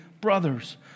brothers